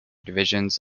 divisions